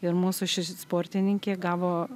ir mūsų ši sportininkė gavo